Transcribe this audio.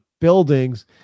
buildings